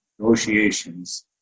negotiations